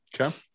okay